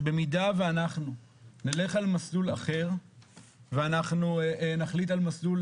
שבמידה ואנחנו נלך על מסלול אחר ואנחנו נחליט על מסלול,